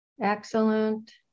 Excellent